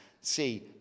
see